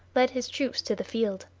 led his troops to the field.